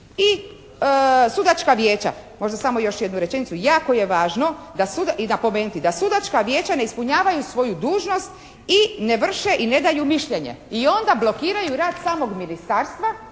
I sudačka vijeća. Možda još samo jednu rečenicu. Jako je važno i napomenuti da sudačka vijeća ne ispunjavaju svoju dužnost i ne vrše i ne daju mišljenje i onda blokiraju rad samog ministarstva